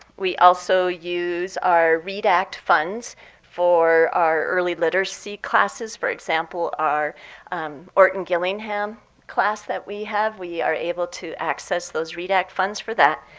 we also use our read act funds for our early literacy classes. for example, our orton gillingham class that we have, we are able to access those read act funds for that.